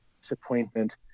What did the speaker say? disappointment